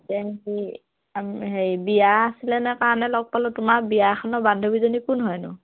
হেৰি বিয়া আছিলেনে কাৰণে লগ পালোঁ তোমাৰ বিয়াখনৰ বান্ধৱীজনী কোন হয়নো